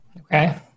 Okay